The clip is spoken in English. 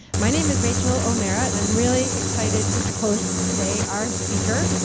my name is rachael o'meara and i'm really excited to to host today our speaker,